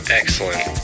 excellent